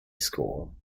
school